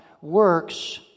works